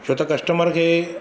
छो त कस्टमर खे